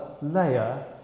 layer